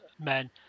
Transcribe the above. men